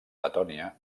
letònia